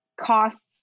costs